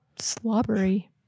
slobbery